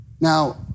Now